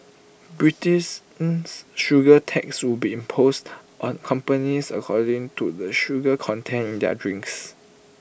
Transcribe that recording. sugar tax would be imposed on companies according to the sugar content in their drinks